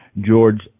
George